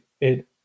it-